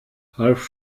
half